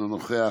אינו נוכח,